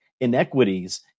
inequities